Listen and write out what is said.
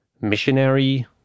missionary